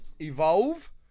Evolve